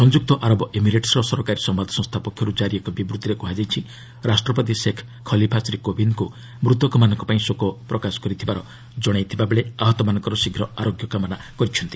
ସଂଯୁକ୍ତ ଆରବ ଏମିରେଟସ୍ର ସରକାରୀ ସମ୍ଭାଦସଂସ୍ଥା ପକ୍ଷରୁ ଜାରି ଏକ ବିବୃତ୍ତିରେ କୁହାଯାଇଛି ରାଷ୍ଟ୍ରପତି ଶେଖ୍ ଖଲିଫା ଶ୍ରୀକୋବିନ୍ଦଙ୍କୁ ମୃତକମାନଙ୍କ ପାଇଁ ଶୋକ ପ୍ରକାଶ କରିଥିବାର ଜଣାଇଥିବା ବେଳେ ଆହତମାନଙ୍କ ଶୀଘ୍ର ଆରୋଗ୍ୟ କାମନା କରିଛନ୍ତି